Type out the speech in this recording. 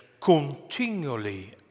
continually